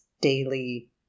daily